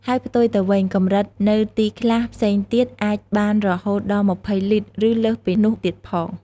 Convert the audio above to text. ហើយផ្ទុយទៅវិញកម្រិតនៅទីខ្លះផ្សេងទៀតអាចបានរហូតដល់២០លីត្រ ឬលើសពីនោះទៀតផង។